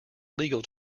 legal